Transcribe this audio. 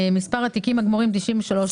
מספר התיקים הגמורים 93,